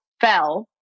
fell